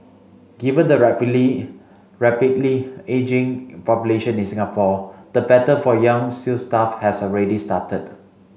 given the rapidly rapidly ageing population in Singapore the battle for young sales staff has already started